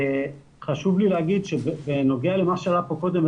חשוב לי להגיד שבנוגע למה שהיה פה קודם,